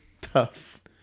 tough